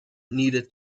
needed